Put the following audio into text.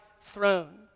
throne